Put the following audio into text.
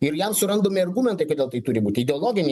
ir jam surandami argumentai kodėl tai turi būti ideologiniai